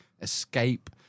escape